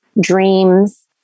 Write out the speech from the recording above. dreams